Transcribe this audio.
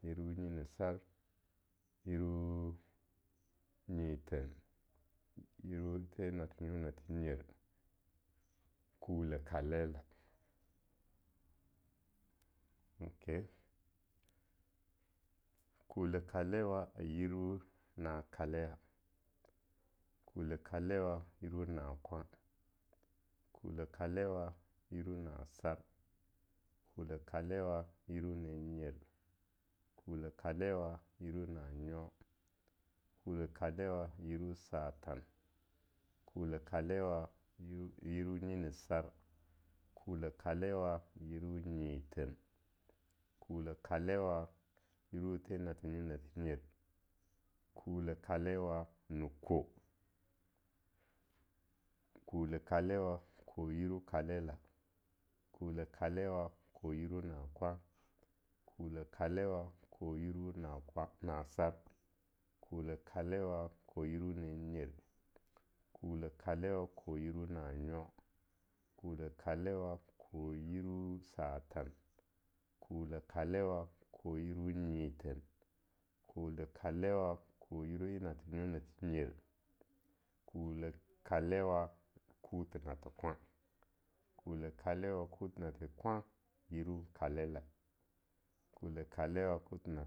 Yiru nyinisar, yiru nyithen, yiru the nathe nyo nathe nyer, kule kalela, okay kule kalewa a yiru na kale a, kule kalewa yiru nakwo, kule kalewa yiru nasar, kule kale yiru nanyer, kule kalewa yiru nanyo, kule kalewa yiru satan, kule kale yiru nyinisar, kule kalewa yiru nyithen, kule kalewa yiru the nathe nyo-nathe nyer, kule kalewa ne ko, kule kalewa kou yiru kalela, kule kalewa kow yiru nakwan, kule kalewa kou yiru nakwan na sar, kule kalewa kou yiru nyer, kule kalewa kou yiru nanyo, kule kalewa kou yiru satan, kule kalewa kou yiru nyithen, kule kalewa kou yiru en nathe nyo na the nyer, kule kalewa kuthi nathe kwan, kule kalela kuthi nathe kwa yiru kalela, kule kalewa kuthi nathe.